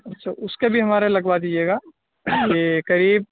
اچھا اس کے بھی ہمارا لگوا دیجیے گا قریب